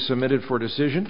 submitted for a decision